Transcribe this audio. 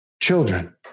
Children